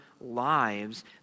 lives